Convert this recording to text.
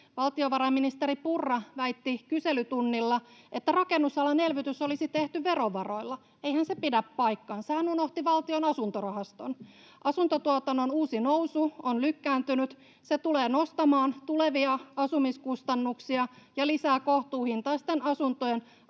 Valtiovarainministeri Purra väitti kyselytunnilla, että rakennusalan elvytys olisi tehty verovaroilla. Eihän se pidä paikkaansa. Hän unohti Valtion asuntorahaston. Asuntotuotannon uusi nousu on lykkääntynyt. Se tulee nostamaan tulevia asumiskustannuksia ja lisää kohtuuhintaisten asuntojen pulan